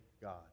God